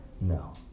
No